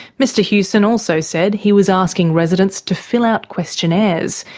mr huson also said he was asking residents to fill out questionnaires,